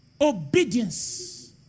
Obedience